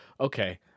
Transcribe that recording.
Okay